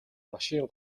машин